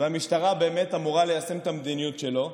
והמשטרה באמת אמורה ליישם את המדיניות שלו,